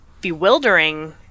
bewildering